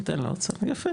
ניתן לאוצר, יפה,